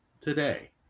today